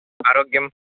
आरोग्यं